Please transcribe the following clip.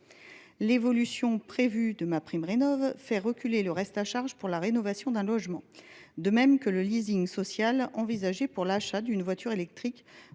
L’évolution prévue de MaPrimeRénov’ fait reculer le reste à charge pour la rénovation d’un logement. Le social envisagé pour l’achat d’une voiture électrique